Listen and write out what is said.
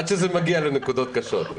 עד שזה מגיע לנקודות קשות,